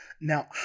Now